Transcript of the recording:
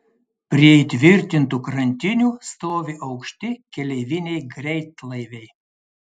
prie įtvirtintų krantinių stovi aukšti keleiviniai greitlaiviai